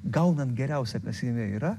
gaunant geriausia kas jame yra